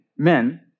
Men